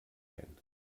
ein